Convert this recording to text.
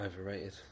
Overrated